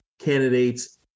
candidates